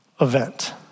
event